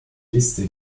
liste